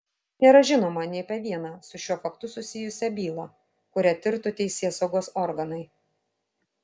nėra žinoma nei apie vieną su šiuo faktu susijusią bylą kurią tirtų teisėsaugos organai